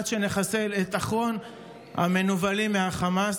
עד שנחסל את אחרון המנוולים מהחמאס,